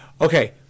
Okay